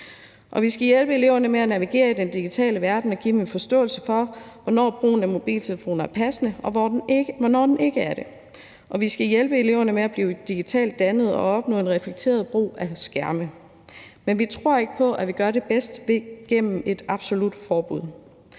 vi skal hjælpe eleverne med at navigere i den digitale verden og give dem en forståelse for, hvornår brugen af mobiltelefoner er passende, og hvornår den ikke er det. Og vi skal hjælpe eleverne med at blive digitalt dannet og opnå en reflekteret brug af skærme. Men vi tror ikke på, at vi gør det bedst gennem et absolut forbud.